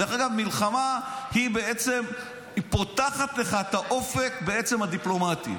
מלחמה בעצם פותחת לך את האופק הדיפלומטי.